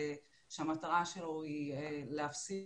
שהמטרה שלו היא להפסיק,